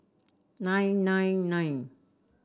nine nine nine